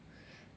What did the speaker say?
okay